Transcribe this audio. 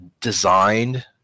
designed